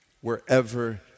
wherever